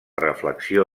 reflexió